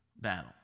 battle